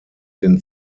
den